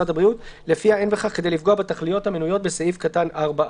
הבריאות שלפיה אין בכך כדי לפגוע בתכליות המנויות בסעיף קטן 4(א)."